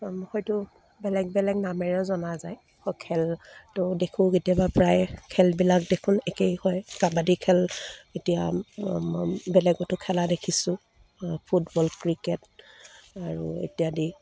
নাম হয়তো বেলেগ বেলেগ নামেৰেও জনা যায় খেলটো দেখোঁ কেতিয়াবা প্ৰায় খেলবিলাক দেখোন একেই হয় কাবাডী খেল এতিয়া বেলেগতো খেলা দেখিছোঁ ফুটবল ক্ৰিকেট আৰু ইত্যাদি